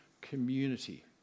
community